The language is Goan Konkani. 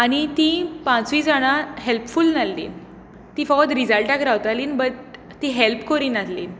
आनी ती पांचूय जाणां हेल्पफूल नासली ती फकत रिजल्टाक रावतालीं बट ती हेल्प करीनासलीं